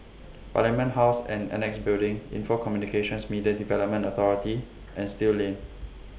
Parliament House and Annexe Building Info Communications Media Development Authority and Still Lane